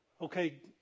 okay